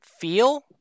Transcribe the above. feel